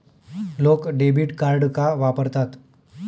लोक debit card का वापरतात?